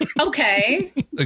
Okay